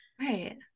right